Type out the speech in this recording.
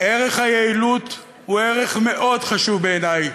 ערך היעילות הוא ערך מאוד חשוב בעיני,